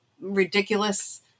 ridiculous